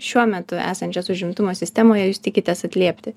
šiuo metu esančias užimtumo sistemoje jūs tikitės atliepti